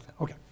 okay